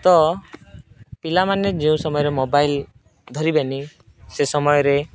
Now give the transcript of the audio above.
ତ ପିଲାମାନେ ଯେଉଁ ସମୟରେ ମୋବାଇଲ ଧରିବେନି ସେ ସମୟରେ